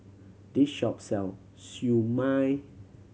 this shop sell Siew Mai